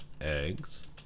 eggs